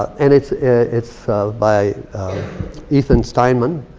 and it's it's by ethan steinman.